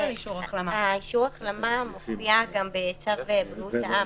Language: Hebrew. אישור ההחלמה מופיע גם בצו בריאות העם,